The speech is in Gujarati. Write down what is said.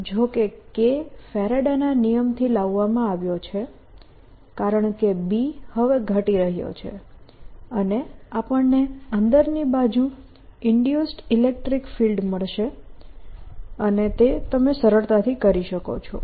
જો કે K ફેરાડેના નિયમથી લાવવામાં આવ્યો છે કારણકે B હવે ઘટી રહ્યો છે અને આપણને અંદરની બાજુ ઇન્ડ્યુઝડ ઇલેક્ટ્રીક ફિલ્ડ મળશે અને તે સરળતાથી કરી શકો છો